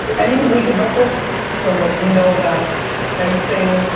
anything we can help with from what you know about anything,